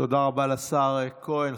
תודה רבה לשר כהן.